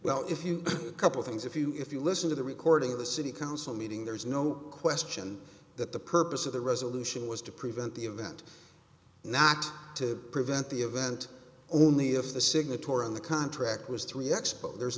well if you couple things if you if you listen to the recording of the city council meeting there's no question that the purpose of the resolution was to prevent the event not to prevent the event only of the signatory on the contract was three x but there's